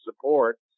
support